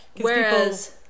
whereas